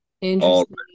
Interesting